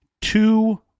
two